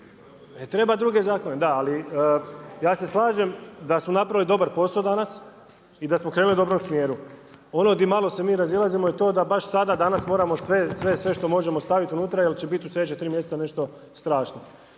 E treba druge zakone, da, ali ja se slažem da smo napravili dobar posao danas i da smo krenuli u dobrom smjeru, ono gdje malo se mi razilazimo je to da baš sada danas moramo sve, sve što možemo staviti unutra jer će biti u sljedeća tri mjeseca nešto strašno,